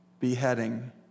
beheading